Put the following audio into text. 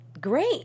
great